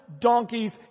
donkeys